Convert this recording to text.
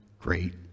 great